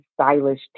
stylish